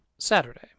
saturday